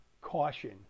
caution